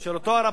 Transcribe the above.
של אותו הרב